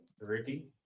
Ricky